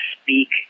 speak